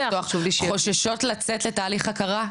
חוששות לצאת לתהליך הכרה.